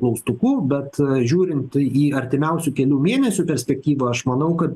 klaustuku bet žiūrint į artimiausių kelių mėnesių perspektyvą aš manau kad